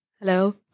Hello